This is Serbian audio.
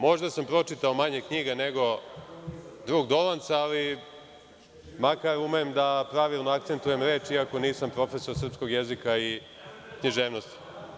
Možda sam pročitao manje knjiga nego drug Dolanc, ali makar umem da pravilno akcentujem reči iako nisam profesor srpskog jezika i književnosti.